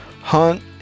hunt